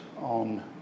on